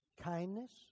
kindness